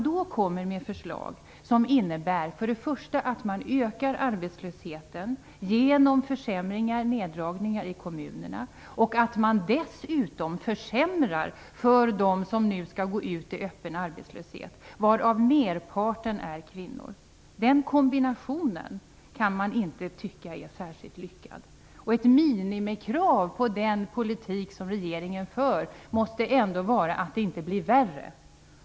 Då kommer man med förslag som först och främst innebär att man ökar arbetslösheten genom försämringar, neddragningar, i kommunerna och dessutom försämrar för dem som nu skall gå ut i öppen arbetslöshet, varav merparten är kvinnor. Den kombinationen kan man inte tycka är särskilt lyckad. Ett minimikrav på den politik som regeringen för måste ändå vara att det inte blir värre.